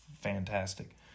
fantastic